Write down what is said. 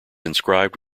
inscribed